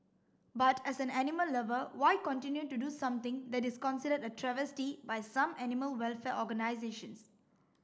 but as an animal lover why continue to do something that is considered a travesty by some animal welfare organisations